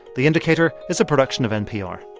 the indicator is a production of npr